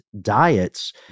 diets